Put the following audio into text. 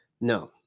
No